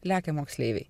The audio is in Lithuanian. lekia moksleiviai